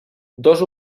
dos